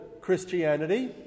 Christianity